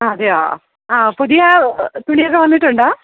ആ അതെയോ ആ പുതിയ തുണിയൊക്കെ വന്നിട്ടുണ്ടോ